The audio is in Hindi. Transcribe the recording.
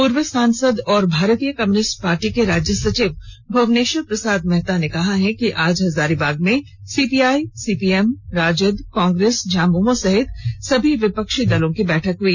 पर्व सांसद एवं भारतीय कम्यनिस्ट पार्टी के राज्य सचिव भवनेश्वर प्रसाद मेहता ने कहा है कि आज हजारीबाग में CPI CPM RJD Congress JMM सहित सभी विपक्षी दलों की बैठक हुई